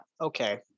Okay